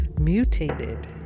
mutated